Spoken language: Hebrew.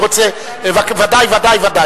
בוודאי, בוודאי.